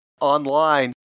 online